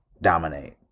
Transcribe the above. Dominate